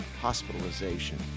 hospitalization